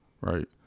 right